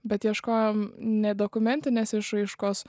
bet ieškojom ne dokumentinės išraiškos